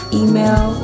email